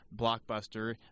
blockbuster